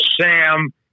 Sam